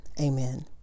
Amen